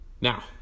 Now